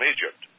Egypt